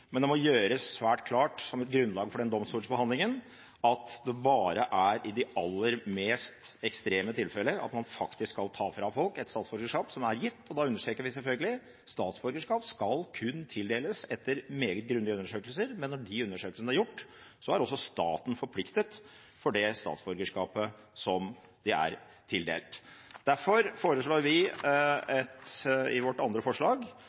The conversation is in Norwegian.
men det må gjøres svært klart som grunnlag for den domstolsbehandlingen at det bare er i de aller mest ekstreme tilfeller at man faktisk skal ta fra folk et statsborgerskap som er gitt, og da understreker vi selvfølgelig: Statsborgerskap skal kun tildeles etter meget grundige undersøkelser, men når de undersøkelsene er gjort, så er også staten forpliktet for det statsborgerskapet som er tildelt. Derfor foreslår vi i vårt andre forslag